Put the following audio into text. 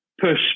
Push